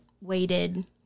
waited